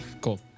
Cool